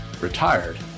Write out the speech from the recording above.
retired